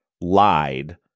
lied